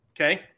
Okay